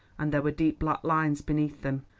and there were deep black lines beneath them.